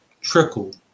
trickle